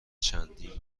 چندین